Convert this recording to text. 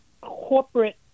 corporate